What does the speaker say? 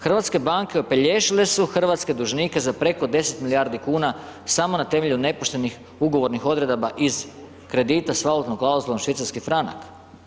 Hrvatske banke opelješile su hrvatske dužnike za preko 10 milijardi kuna samo na temelju nepoštenih ugovornih odredaba iz kredita s valutnom klauzulom švicarski franak.